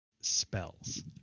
spells